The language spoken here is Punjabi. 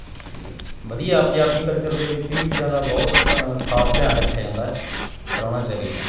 ਅਤੇ ਵਧੀਆ ਪੰਜਾਬੀ ਕਲਚਰ ਦੇ ਵਿੱਚ ਇਹ ਚੀਜ਼ਾਂ ਦਾ ਬਹੁਤ ਕ ਖਾਸ ਧਿਆਨ ਰੱਖਿਆ ਜਾਂਦਾ ਪ੍ਰਾਹੁਣਾਚਾਰੀ ਦਾ